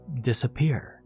disappear